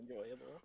enjoyable